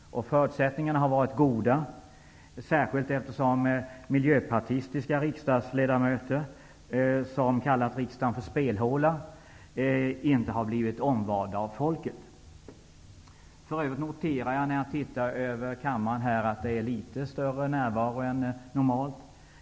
Förutsättningarna har varit goda, särskilt som miljöpartistiska riksdagsledamöter, som kallat riksdagen för spelhåla, inte har blivit omvalda av folket. När jag ser ut över kammaren noterar jag för övrigt att det är litet högre närvaro än normalt.